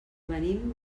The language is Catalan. venim